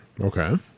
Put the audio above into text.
Okay